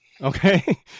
Okay